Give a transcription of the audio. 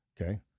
Okay